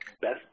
best